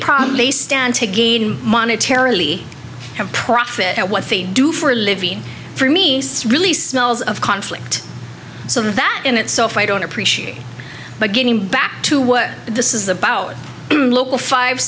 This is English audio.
probably stand to gain monetary have profit at what they do for a living for me really smells of conflict some of that in itself i don't appreciate but getting back to what this is about local five